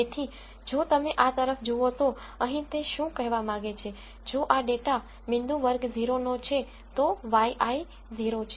તેથી જો તમે આ તરફ જુઓ તો અહીં તે શું કહેવા માંગે છે જો આ ડેટા પોઇન્ટ વર્ગ 0 નો છે તો yi 0 છે